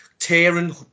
tearing